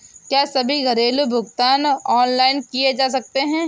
क्या सभी घरेलू भुगतान ऑनलाइन किए जा सकते हैं?